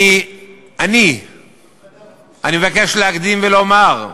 אני מבקש להקדים ולומר,